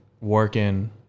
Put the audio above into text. working